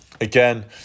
again